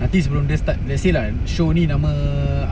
nanti sebelum dia start let's say lah show ni nama